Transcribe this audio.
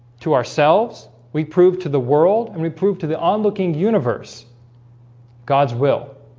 to ourselves we prove to the world and we prove to the onlooking universe god's will